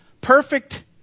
perfect